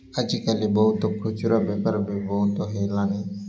ଆଜିକାଲି ବହୁତ ଖୁଚୁରା ବେପାର ବି ବହୁତ ହେଲାଣି